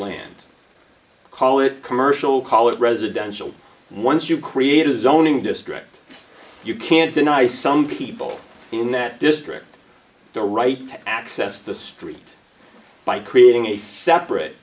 land call it commercial call it residential once you create a zoning district you can't deny some people in that district the right to access the street by creating a separate